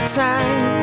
time